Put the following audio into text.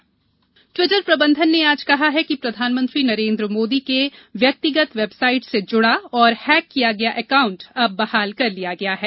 प्रधानमंत्री ट्विटर ट्रियटर प्रबंधन ने आज कहा है कि प्रधानमंत्री नरेन्द्र मोदी के व्यक्तिगत वेबसाईट से जुड़ा और हैक किया गया अकाउंट अब बहाल कर दिया गया है